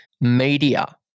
media